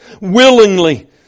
willingly